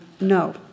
no